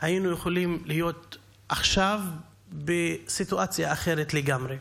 היינו יכולים להיות עכשיו בסיטואציה אחרת לגמרי.